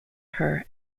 her